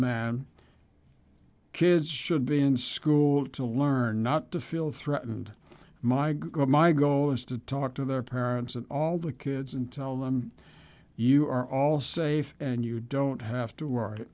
man kids should be in school to learn not to feel threatened my god my goal is to talk to their parents and all the kids and tell them you are all safe and you don't have to worry